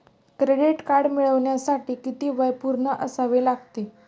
Credit card मिळवण्यासाठी किती वय पूर्ण असावे लागते?